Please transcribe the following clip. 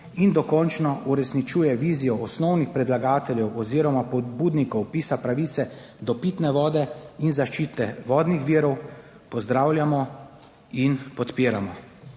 in dokončno uresničuje vizijo osnovnih predlagateljev oziroma pobudnikov vpisa pravice do pitne vode in zaščite vodnih virov, pozdravljamo in podpiramo.